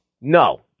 No